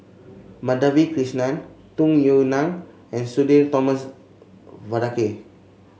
Madhavi Krishnan Tung Yue Nang and Sudhir Thomas Vadaketh